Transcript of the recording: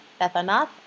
Bethanath